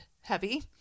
heavy